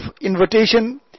invitation